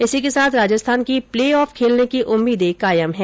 इसी के साथ राजस्थान की प्लेऑफ खेलने की उम्मीदें कायम हैं